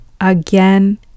again